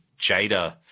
Jada